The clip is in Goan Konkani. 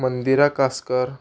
मंदिरा कासकर